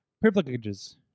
privileges